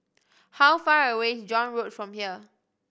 how far away is John Road from here